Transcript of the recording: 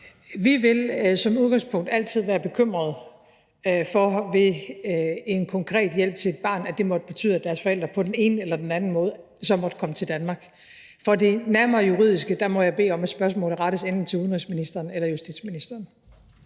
Vi vil som udgangspunkt altid være bekymrede, hvis en konkret hjælp til et barn måtte betyde, at dets forældre på den ene eller anden måde så måtte komme til Danmark. For det nærmere juridiske i det må jeg bede om, at spørgsmålet rettes enten til udenrigsministeren eller til justitsministeren.